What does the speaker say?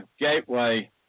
Gateway